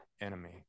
enemy